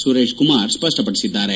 Sureshkumar ಸ್ಪಪ್ಪಪಡಿಸಿದ್ದಾರೆ